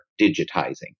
digitizing